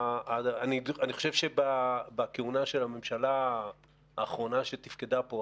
אני חושב שבכהונה של הממשלה האחרונה שתפקדה פה,